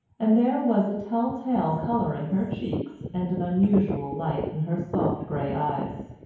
and there was a tell-tale colour in her cheeks and an unusual light in her soft grey eyes.